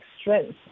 strength